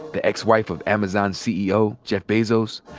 the ex-wife of amazon ceo jeff bezos,